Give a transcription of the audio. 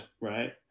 right